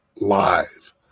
live